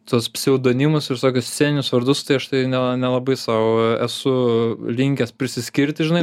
tuos pseudonimus visokius sceninius vardus tai aš tai ne nelabai sau esu linkęs prisiskirti žinai